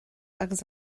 agus